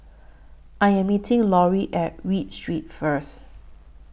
I Am meeting Laurie At Read Street First